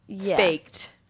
faked